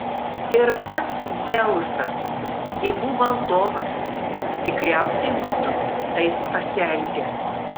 ir pats dzeusas dievų valdovas tikriausiai būtų taip pasielgęs